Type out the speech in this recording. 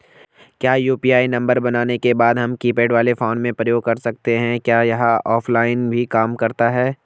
क्या UPI number बनाने के बाद हम कीपैड वाले फोन में प्रयोग कर सकते हैं क्या यह ऑफ़लाइन भी काम करता है?